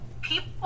people